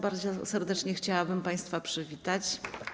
Bardzo serdecznie chciałabym państwa przywitać.